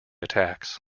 attacks